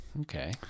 okay